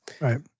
Right